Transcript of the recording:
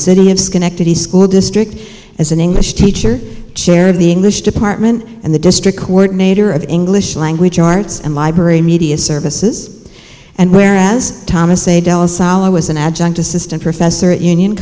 city of schenectady school district as an english teacher chair of the english department and the district coordinator of english language arts and library media services and whereas thomas a dallas salo was an adjunct assistant professor at union